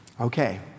Okay